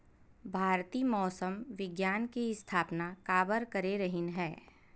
भारती मौसम विज्ञान के स्थापना काबर करे रहीन है?